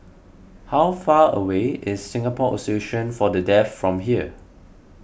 how far away is Singapore Association for the Deaf from here